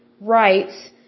rights